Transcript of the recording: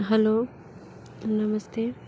hello नमस्ते